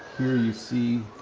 here you see